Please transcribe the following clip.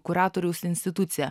kuratoriaus instituciją